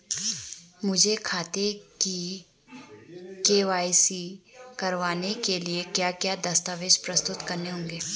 मुझे खाते की के.वाई.सी करवाने के लिए क्या क्या दस्तावेज़ प्रस्तुत करने होंगे?